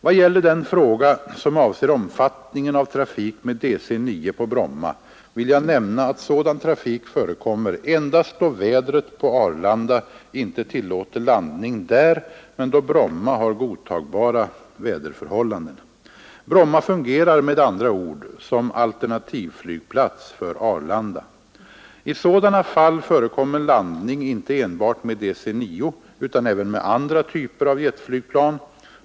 Vad gäller den fråga som avser omfattningen av trafik med DC-9 på Bromma vill jag nämna att sådan trafik förekommer endast då vädret på Arlanda inte tillåter landning där men då Bromma har godtagbara väderförhållanden. Bromma fungerar med andra ord som alternativflygplats för Arlanda. I sådana fall förekommer landning inte enbart med DC-9 utan även med andra typer av jetflygplan.